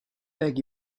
beg